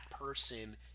person